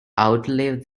outlive